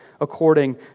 according